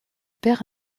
père